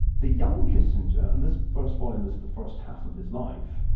the young kissinger, and this first volume is the first half of his life,